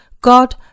God